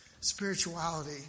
spirituality